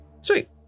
Sweet